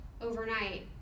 overnight